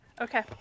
Okay